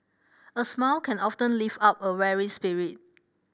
a smile can often lift up a weary spirit